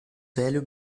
velho